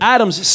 Adam's